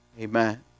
amen